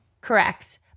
Correct